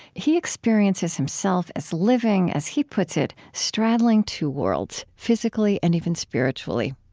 he experiences himself as living, as he puts it, straddling two worlds physically and even spiritually.